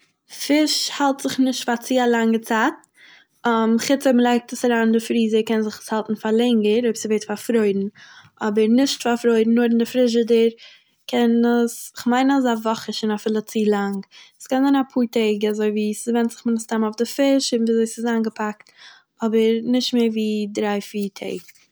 פיש האלט זיך נישט פאר צו א לאנגע צייט, חוץ אויב מ'לייגט עס אריין אין די פריזער קען עס זיך האלטן פאר לענגער אויב ס'ווערט פארפרוירן, אבער נישט פארפרוירן נאר אין די פרידשעדער קען עס... איך מיין אז א וואך איז שוין אפילו צו לאנג, ס'קען זיין אפאהר טעג, אזוי ווי ס'ווענדט זיך מן הסתם אויף די פיש און וויזוי ס'איז איינגעפאקט אבער נישט מער ווי דריי פיר טעג.